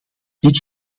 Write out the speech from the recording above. dit